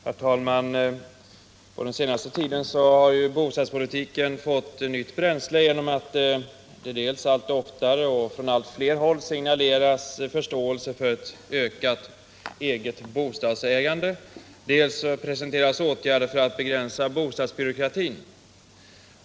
Herr talman! På den senaste tiden har bostadsdebatten fått nytt bränsle genom att det dels allt oftare och från allt fler håll signaleras förståelse för ökat ägande av egen bostad, dels presenteras åtgärder för att begränsa bostadsbyråkratin.